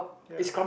ya